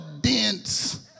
dense